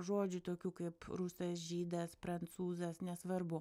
žodžių tokių kaip rusas žydas prancūzas nesvarbu